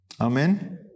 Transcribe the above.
Amen